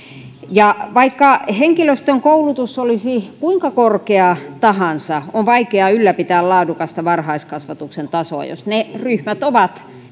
vaikka henkilöstön koulutus olisi kuinka korkea tahansa on vaikea ylläpitää laadukasta varhaiskasvatuksen tasoa jos ne ryhmät ovat